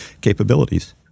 capabilities